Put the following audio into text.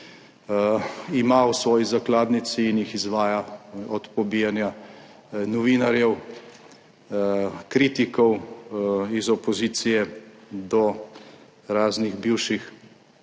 ima v svoji zakladnici in jih izvaja, od pobijanja novinarjev, kritikov iz opozicije do raznih bivših